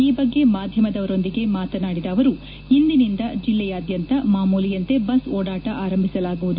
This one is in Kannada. ಈ ಬಗ್ಗೆ ಮಾಧ್ಯಮದವರೊಂದಿಗೆ ಮಾತನಾಡಿದ ಅವರು ಇಂದಿನಿಂದ ಜಿಲ್ಲೆಯಾದ್ಯಂತ ಮಾಮೂಲಿಯಂತೆ ಬಸ್ ಓಡಾಟ ಆರಂಭಿಸಲಾಗುವುದು